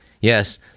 Yes